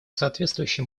соответствующие